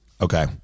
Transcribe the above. Okay